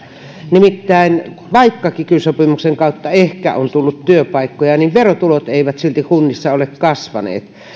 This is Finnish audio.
nimittäin vaikka kiky sopimuksen kautta ehkä on tullut työpaikkoja niin verotulot eivät silti kunnissa ole kasvaneet